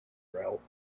ralph